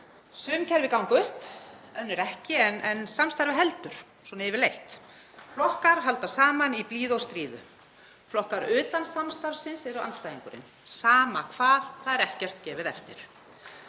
Sum kerfi ganga upp önnur ekki en samstarfið heldur yfirleitt. Flokkar halda saman í blíðu og stríðu. Flokkar utan samstarfsins eru andstæðingurinn, sama hvað, það er ekkert gefið eftir.